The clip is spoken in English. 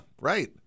right